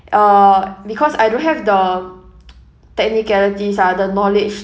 uh because I don't have the technicalities ah the knowledge